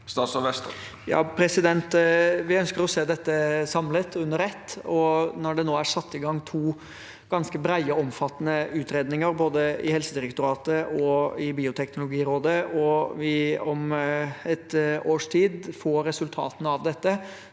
Vestre Vi ønsker å se dette samlet, under ett. Når det nå er satt i gang to ganske brede og omfattende utredninger både i Helsedirektoratet og i Bioteknologirådet og vi om et års tid får resultatene av dette,